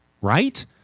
right